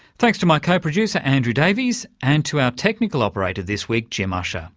thanks to my co-producer andrew davies, and to our technical operator this week, jim ussher.